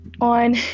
on